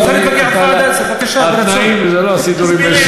אז כל האיפה ואיפה,